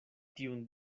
tiun